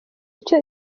icyo